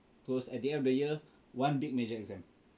towards at the end of the year one big major exam